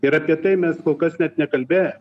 ir apie tai mes kol kas net nekalbėję